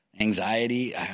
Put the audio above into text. Anxiety